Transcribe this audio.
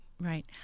Right